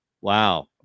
Wow